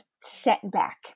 setback